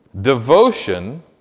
Devotion